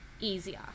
easier